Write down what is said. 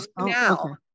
now